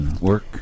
Work